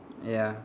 ya